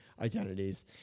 identities